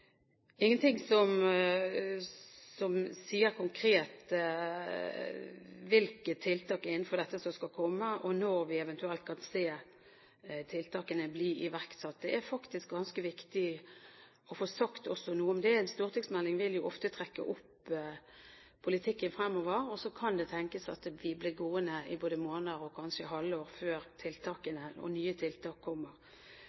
konkret om hvilke tiltak innenfor dette som skal komme, og når vi eventuelt kan se tiltakene bli iverksatt. Det er faktisk ganske viktig å få sagt også noe om det. En stortingsmelding vil jo ofte trekke opp politikken fremover, og det kan tenkes at vi blir gående i måneder og kanskje et halvår før